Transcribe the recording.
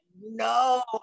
no